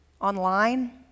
Online